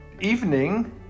evening